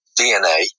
DNA